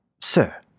Sir